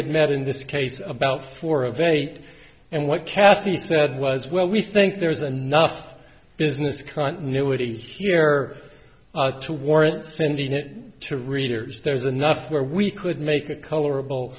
had met in this case about four of a and what kathy said was well we think there's enough business continuity here to warrant sending it to readers there's enough where we could make a color